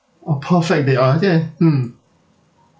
oh perfect day oh okay mm